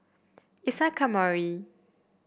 Isa Kamari